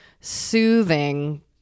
Soothing